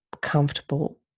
comfortable